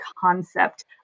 concept